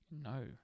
No